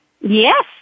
Yes